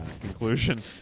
Conclusion